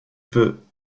peux